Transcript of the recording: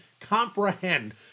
comprehend